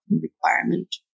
requirement